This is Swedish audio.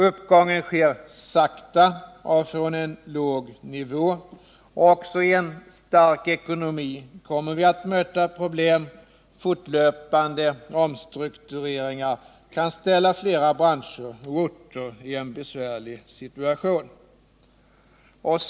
Uppgången sker sakta och från en låg nivå. Också i en stark ekonomi kommer vi att möta problem. Fortlöpande omstruktureringar kan ställa flera branscher och orter i en besvärlig situation.